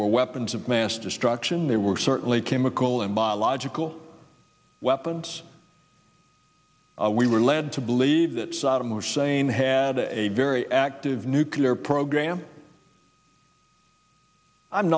were weapons of mass destruction there were certainly chemical and biological weapons we were led to believe that saddam hussein had a very active nuclear program i'm